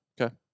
Okay